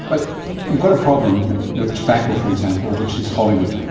but you've got a problem with tobacco, for example, which is hollywood,